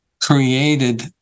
created